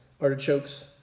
artichokes